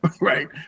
Right